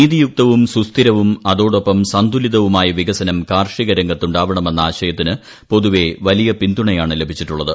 നീതിയുക്തവും സുസ്ഥിരവും അതോടൊപ്പം സന്തുലിതവുമായ വികസനം കാർഷികരംഗത്ത് ഉണ്ടാവണമെന്ന ആശയത്തിന് പൊതുവെ വലിയ പിന്തുണയാണ് ലഭിച്ചിട്ടുള്ളത്